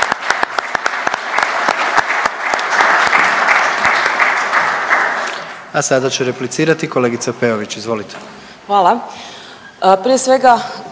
A sada će replicirati kolegica Peović, izvolite.